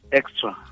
extra